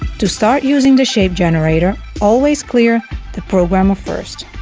to start using the shape generator always clear the programer first